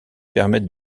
permettent